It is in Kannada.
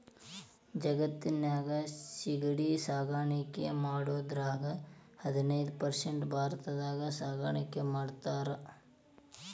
ಜಗತ್ತಿನ್ಯಾಗ ಸಿಗಡಿ ಸಾಕಾಣಿಕೆ ಮಾಡೋದ್ರಾಗ ಹದಿನೈದ್ ಪರ್ಸೆಂಟ್ ಭಾರತದಾಗ ಸಾಕಾಣಿಕೆ ಮಾಡ್ತಾರ